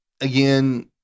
again